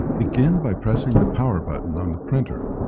begin by pressing the power button on the printer.